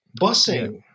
busing